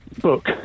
Book